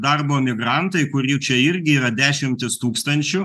darbo migrantai kurių čia irgi yra dešimtys tūkstančių